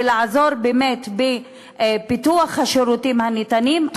ועזר באמת בפיתוח השירותים הניתנים?